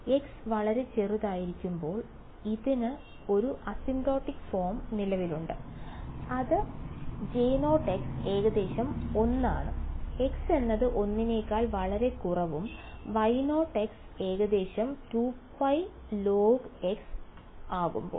x വളരെ ചെറുതായിരിക്കുമ്പോൾ ഇതിന് ഒരു അസിംപ്റ്റോട്ടിക് ഫോം നിലവിലുണ്ട് അത് J0 ഏകദേശം 1 ആണ് x എന്നത് 1 നേക്കാൾ വളരെ കുറവും Y0 ഏകദേശം 2π log ആകുമ്പോൾ